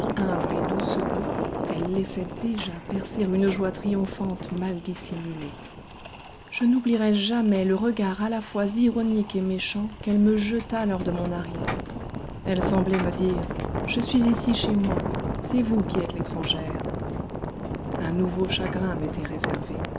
humble et doucereux elle laissait déjà percer une joie triomphante mal dissimulée je n'oublierai jamais le regard à la fois ironique et méchant qu'elle me jeta lors de mon arrivée elle semblait me dire je suis ici chez moi c'est vous qui êtes l'étrangère un nouveau chagrin m'était réservé